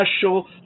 special